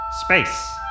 Space